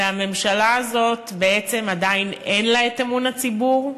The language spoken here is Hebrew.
והממשלה הזאת, בעצם עדיין אין לה את אמון הציבור.